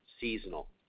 seasonal